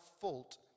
fault